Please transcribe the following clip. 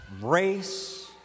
race